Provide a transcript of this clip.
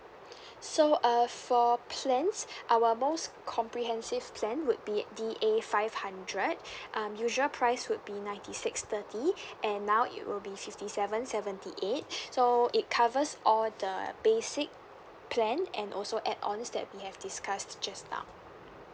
so err for plans our most comprehensive plan would be D A five hundred um usual price would be ninety six thirty and now it will be fifty seven seventy eight so it covers all the basic plan and also add ons that we have discussed just now